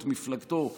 את מפלגתו,